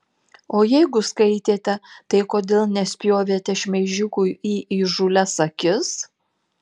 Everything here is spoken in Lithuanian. o jeigu skaitėte tai kodėl nespjovėte šmeižikui į įžūlias akis